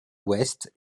ouest